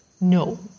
No